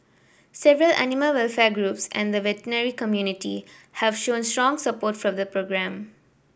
several animal welfare groups and the veterinary community have shown strong support for the programme